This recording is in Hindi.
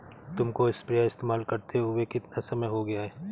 तुमको स्प्रेयर इस्तेमाल करते हुआ कितना समय हो गया है?